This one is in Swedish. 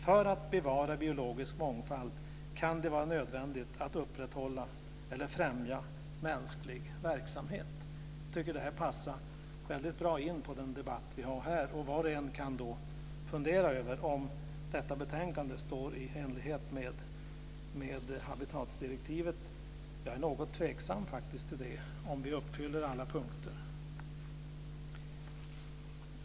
För att bevara biologisk mångfald kan det vara nödvändigt att upprätthålla eller främja mänsklig verksamhet. Jag tycker att det här passar väldigt bra in på vår debatt här. Var och en kan fundera över om detta betänkande är i enlighet med habitatdirektivet. Jag är något tveksam till att vi uppfyller alla punkter.